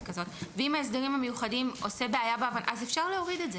כזאת ואם ההסדרים המיוחדים עושה בעיה בהבנה אז אפשר להוריד את זה.